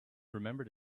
remember